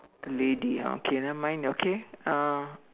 the lady ah okay nevermind okay uh